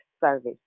service